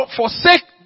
forsake